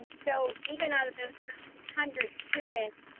and so even out of those hundred students,